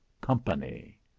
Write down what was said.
company